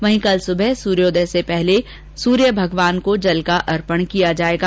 वहीं कल सुबह सूर्यादय से पहले सूर्य भगवान को जल का अर्पण किया जाएगा